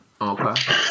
Okay